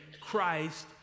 christ